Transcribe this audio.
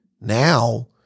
now